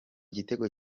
gitego